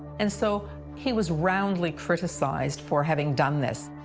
and so he was roundly criticized for having done this.